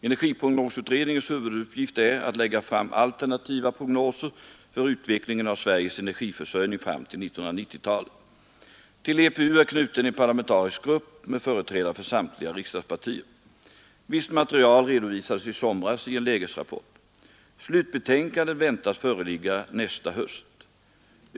Energiprognosutredningens huvuduppgift är att lägga fram alternativa prognoser för utvecklingen av Sveriges energiförsörjning fram till 1990 talet. Till EPU är knuten en parlamentarisk grupp med företrädare för samtliga riksdagspartier. Visst material redovisades i somras i en lägesrapport. Slutbetänkandet väntas föreligga nästa höst.